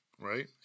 right